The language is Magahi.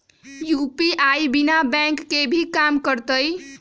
यू.पी.आई बिना बैंक के भी कम करतै?